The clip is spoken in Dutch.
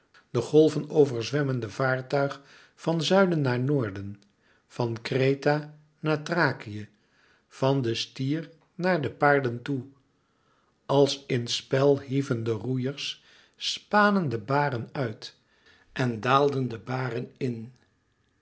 de golven overzwemmende vaartuig van zuiden naar noorden van kreta naar thrakië van den stier naar de paarden toe als in spel hieven der roeiers spanen de baren uit en daalden de baren in